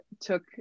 took